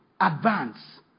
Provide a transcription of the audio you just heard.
Advance